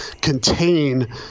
contain